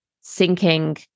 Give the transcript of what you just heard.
sinking